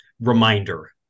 reminder